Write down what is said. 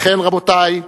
ובכן, רבותי,